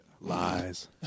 Lies